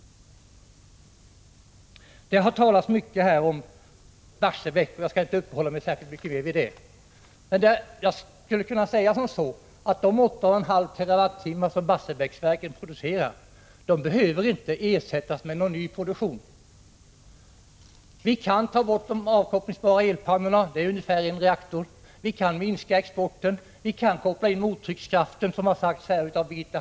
Det har här talats mycket om Barsebäck. Jag skall inte uppehålla mig särskilt mycket vid det kärnkraftverket, men jag vill i alla fall säga följande: De 8,5 TWh som Barsebäcksverket producerar behöver inte ersättas med någon ny produktion. Vi kan ta bort de avkopplingsbara elpannorna. Det motsvarar ungefär en reaktor. Vi kan minska exporten. Vi kan också, som Birgitta Hambraeus här sade, koppla in mottryckskraften.